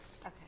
Okay